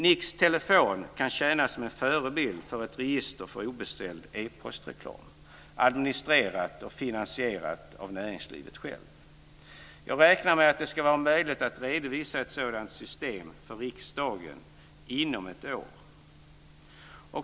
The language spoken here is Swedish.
NIX-telefon kan tjäna som en förebild för ett register för obeställd e-postreklam administrerat och finansierat av näringslivet självt. Jag räknar med att det ska vara möjligt att redovisa ett sådant system för riksdagen inom ett år.